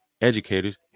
educators